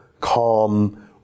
calm